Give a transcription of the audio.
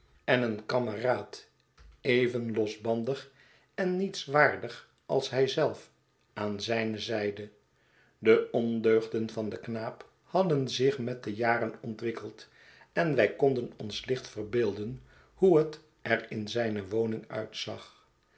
en een kameraad even losbandig en nietswaardig als hij zelf aan zijne zijde de ondeugderi van den knaap hadden zich met de jaren ontwikkeld en wij konden ons licht verbeelden hoe het er in zijne woning uitzag